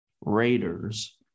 Raiders